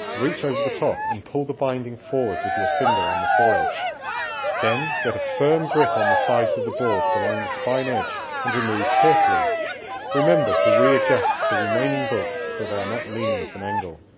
reach over the top and pull the binding forward with your finger on the fore edge then get a firm grip on the sides of the boards along the spine edge and remove carefully remember to readjust the remaining books so they are not leaning at an angle